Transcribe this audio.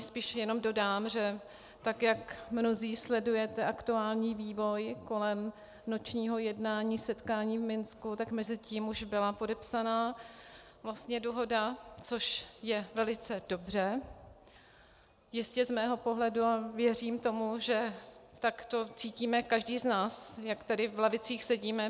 Spíš jenom dodám, že tak jak mnozí sledujete aktuální vývoj kolem nočního jednání, setkání v Minsku, tak mezitím už byla podepsaná vlastně dohoda, což je velice dobře jistě z mého pohledu, a věřím tomu, že tak to cítíme každý z nás, jak tady v lavicích sedíme.